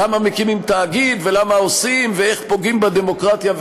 למה מקימים תאגיד ולמה עושים ואיך פוגעים בדמוקרטיה,